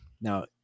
now